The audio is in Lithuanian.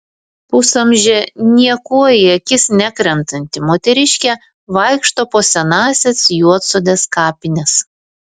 pusamžė niekuo į akis nekrentanti moteriškė vaikšto po senąsias juodsodės kapines